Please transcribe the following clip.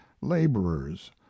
laborers